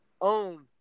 own